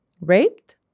raped